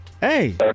Hey